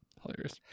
hilarious